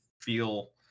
feel